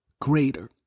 greater